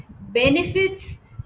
benefits